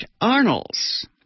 Arnolds